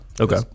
Okay